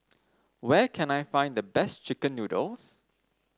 where can I find the best chicken noodles